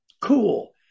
cool